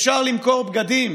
אפשר למכור בגדים,